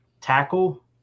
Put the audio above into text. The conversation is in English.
Tackle